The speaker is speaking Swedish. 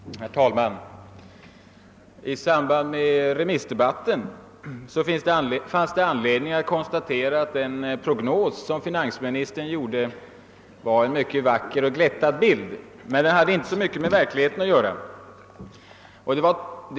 Herr talman! I samband med remissdebatten fanns anledning konstatera att den prognos som finansministern gjorde gav en mycket vacker och glättad bild. Men den hade inte så mycket med verkligheten att göra.